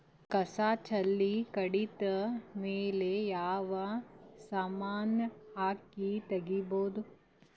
ಕಸಾ ಬೇಲಿ ಕಡಿತ ಮೇಲೆ ಯಾವ ಸಮಾನ ಹಾಕಿ ತಗಿಬೊದ?